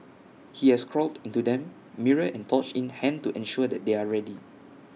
he has crawled into them mirror and torch in hand to ensure that they are ready